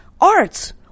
arts